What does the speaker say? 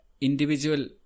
individual